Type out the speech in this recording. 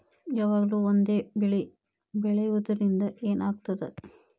ಯಾವಾಗ್ಲೂ ಒಂದೇ ಬೆಳಿ ಬೆಳೆಯುವುದರಿಂದ ಏನ್ ಆಗ್ತದ?